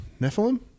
Nephilim